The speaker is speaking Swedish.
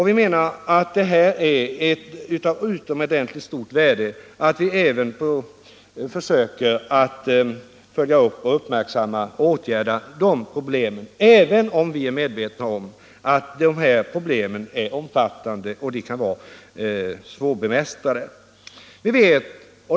Vi menar att det är av utomordentligt stort värde att vi även försöker följa upp och åtgärda de problemen, även om vi vet att de är omfattande och svårbemästrade.